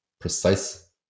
precise